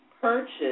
purchase